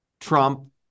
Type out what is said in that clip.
Trump